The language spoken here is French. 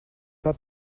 pas